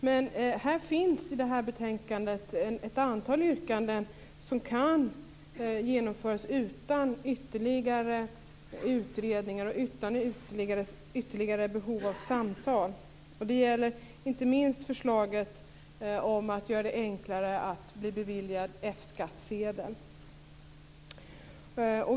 Men i det här betänkandet finns ett antal förslag som kan genomföras utan ytterligare utredningar och utan ytterligare behov av samtal. Det gäller inte minst förslaget om att göra det enklare att bli beviljad F-skattsedel.